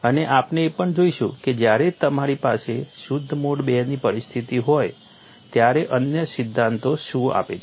અને આપણે એ પણ જોઈશું કે જ્યારે તમારી પાસે શુદ્ધ મોડ II ની પરિસ્થિતિ હોય ત્યારે અન્ય સિદ્ધાંતો શું આપે છે